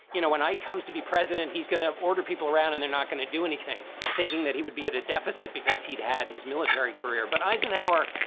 you know, when it comes to be president, he's going to order people around and they're not going to do anything thinking that he would be at a deficit because he'd had. his military career. but eisenhower.